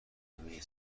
همه